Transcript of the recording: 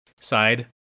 side